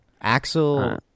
Axel